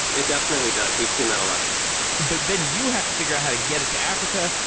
it definitely does. we've seen that a lot. yeah but then you have to figure out how to get it to africa.